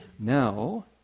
Now